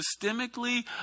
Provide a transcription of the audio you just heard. systemically